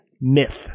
myth